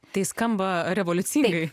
tai skamba revoliucingai